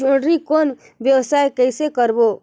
जोणी कौन व्यवसाय कइसे करबो?